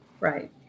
Right